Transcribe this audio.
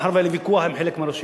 מאחר שהיה לי ויכוח עם חלק מהרשויות,